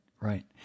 right